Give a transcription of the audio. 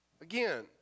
Again